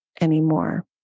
anymore